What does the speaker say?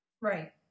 Right